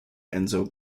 enzo